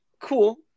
cool